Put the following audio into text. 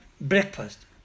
breakfast